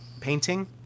painting